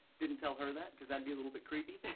didn't tell her that because that'd be a little bit creepy